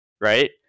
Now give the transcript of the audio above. right